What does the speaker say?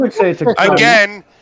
Again